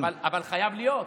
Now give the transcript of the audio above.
לא, אבל חייב להיות.